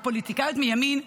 הפוליטיקאיות מימין,